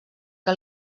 que